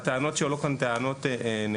הטענות שעלו כאן הן טענות נכונות,